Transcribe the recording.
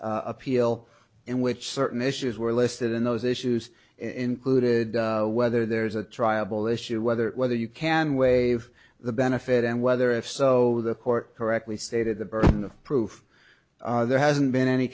appeal in which certain issues were listed in those issues included whether there's a triable issue whether whether you can waive the benefit and whether if so the court correctly stated the burden of proof there hasn't been any